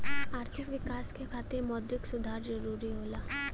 आर्थिक विकास क खातिर मौद्रिक सुधार जरुरी होला